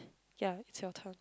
ya it's your turn